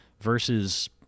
versus –